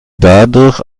dadurch